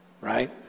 right